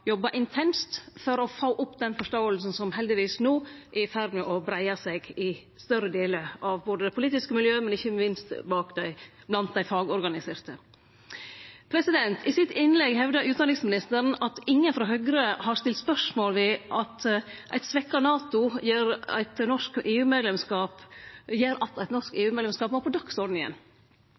jobba intenst for å få opp den forståinga som heldigvis no er i ferd med å breie seg både i større delar av det politiske miljøet og – ikkje minst – blant dei fagorganiserte. I innlegget sitt hevda utanriksministeren at ingen frå Høgre har stilt spørsmål ved at eit svekt NATO gjer at eit norsk